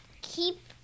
Keep